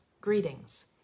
greetings